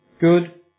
good